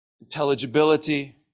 intelligibility